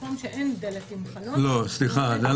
איפה שאין דלת עם חלון- -- אם אין,